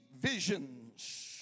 visions